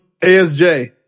Asj